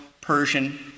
Persian